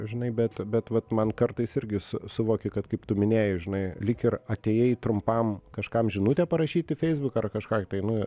žinai bet bet vat man kartais irgi su suvoki kad kaip tu minėjai žinai lyg ir atėjai trumpam kažkam žinutę parašyti feisbuke ar kažką tai nu